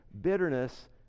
bitterness